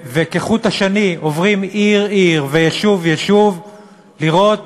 וכחוט השני עוברים עיר-עיר ויישוב-יישוב לראות